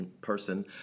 person